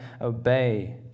obey